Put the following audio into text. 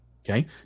Okay